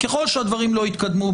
ככל שהדברים לא יתקדמו,